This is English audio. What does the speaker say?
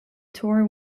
tour